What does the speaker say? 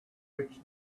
which